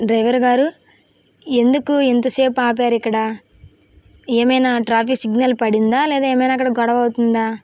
driver గారూ ఎందుకు ఇంత సేపు ఆపారు ఇక్కడ ఏమైనా ట్రాఫిక్ సిగ్నల్ పడిందా లేదా ఏమైనా అక్కడ గొడవ అవుతుందా